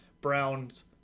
Browns